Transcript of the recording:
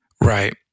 Right